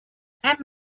and